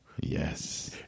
Yes